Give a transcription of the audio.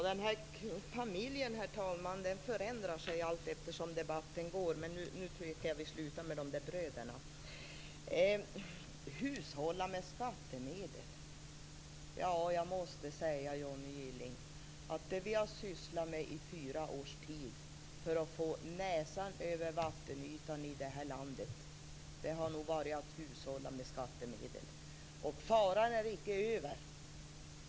Herr talman! Denna familj förändrar sig alltefter som debatten fortsätter. Men nu tycker jag att vi slutar att tala om dessa bröder. Jag måste säga till Johnny Gylling beträffande att hushålla med skattemedel att det som vi har sysslat med under fyra års tid för att få näsan över vattenytan i detta land har nog varit att hushålla med skattemedel. Men faran är inte över.